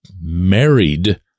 married